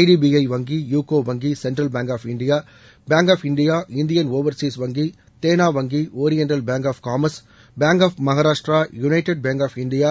IDBI வங்கி UCO வங்கி Central Bank of India Bank of India Indian Overseas வங்கி தேனா வங்கி Oriental Bank of Commerce Bank of Maharashtra United Bank of India